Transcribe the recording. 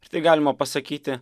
ir tai galima pasakyti